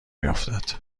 میافتد